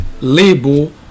label